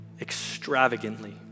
extravagantly